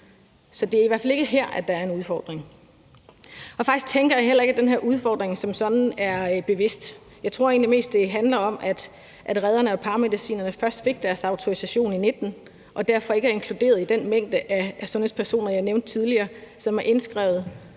så det er i hvert fald ikke her, at der er en udfordring, og faktisk tænker jeg heller ikke, at den her udfordring som sådan er bevidst. Jeg tror egentlig mest, det handler om, at redderne og paramedicinerne først fik deres autorisation i 2019 og derfor ikke er inkluderet i den mængde af sundhedspersoner, jeg nævnte tidligere, og som er indskrevet